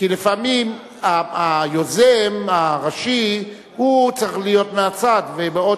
כי לפעמים היוזם הראשי צריך להיות מהצד, בעוד